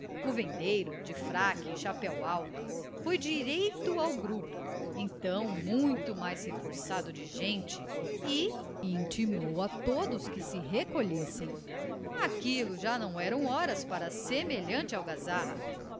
o vendeiro de fraque e chapéu alto foi direito ao grupo então muito mais reforçado de gente e intimou a todos que se recolhessem aquilo já não eram horas para semelhante algazarra